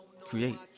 create